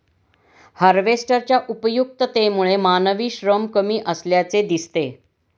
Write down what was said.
हार्वेस्टरच्या उपयुक्ततेमुळे मानवी श्रम कमी असल्याचे दिसते